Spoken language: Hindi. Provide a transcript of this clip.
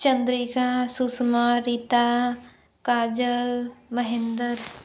चन्द्रिका सुषमा रीता काजल महेंद्र